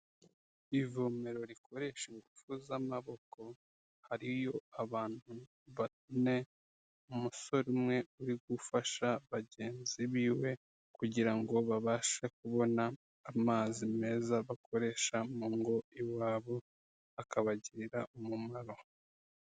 Ivomero rikoresha ingufu z'amaboko hariyo abantu bane, umusore umwe uri gufasha bagenzi biwe kugira ngo babashe kubona amazi meza bakoresha mu ngo iwabo, akabagirira umumaro.